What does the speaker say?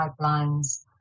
pipelines